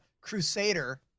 Crusader